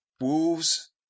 Wolves